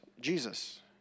Jesus